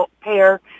pair